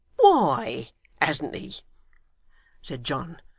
why hasn't he said john,